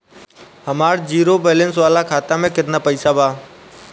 हमार zero balance वाला खाता में केतना पईसा बा?